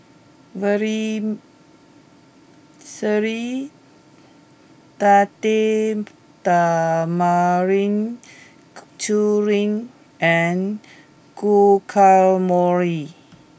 Vermicelli Date Tamarind Chutney and Guacamole